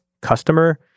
customer